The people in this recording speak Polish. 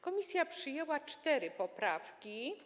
Komisja przyjęła cztery poprawki.